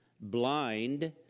blind